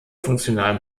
funktionalen